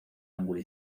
ángulo